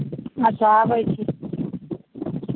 अच्छा तऽ आबै छी